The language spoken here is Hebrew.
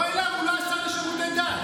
לא אליו, הוא לא השר לשירותי דת.